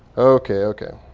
ok, ok,